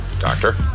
Doctor